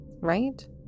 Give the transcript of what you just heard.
right